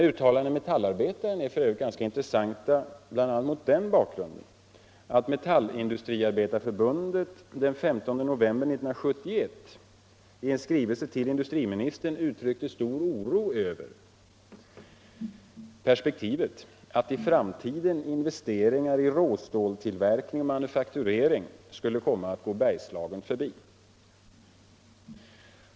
Uttalandena i Metallarbetaren är f. ö. ganska intressanta bl.a. mot bakgrund av att Metallindustriarbetareförbundet den 15 november 1971 i en skrivelse till industriministern uttryckte stor oro inför perspektivet att i framtiden investeringar i råstålstillverkning och manufakturering skulle komma att gå Bergslagen förbi.